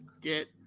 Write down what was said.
get